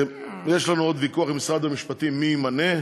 יש לנו עוד ויכוח עם משרד המשפטים מי ימנה.